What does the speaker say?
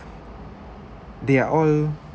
they're all